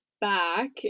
back